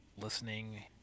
listening